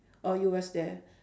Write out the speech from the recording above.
oh you was there